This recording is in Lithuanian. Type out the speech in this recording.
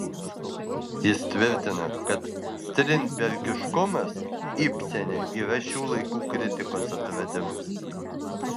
jis tvirtina kad strindbergiškumas ibsene yra šių laikų kritikos atradimas